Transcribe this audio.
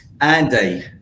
andy